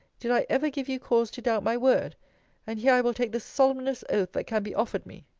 did i ever give you cause to doubt my word and here i will take the solemnest oath that can be offered me